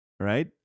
Right